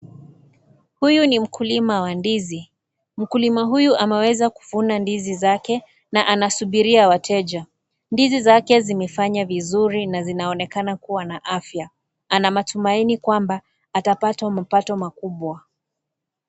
Huyu ni mkulima wa ndizi mkulima huyu ameweza kuvuna ndizi zake na anasubiria wateja, ndizi zake zimefanya vizuri na zinaonekana kuwa na afya, anamatumaini kwamba atapata mapato makubwa.